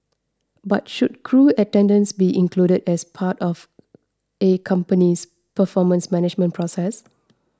but should crew attendance be included as part of A company's performance management process